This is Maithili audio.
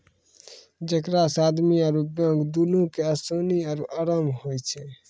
जेकरा से आदमी आरु बैंक दुनू के असानी आरु अराम होय छै